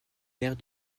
maire